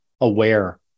aware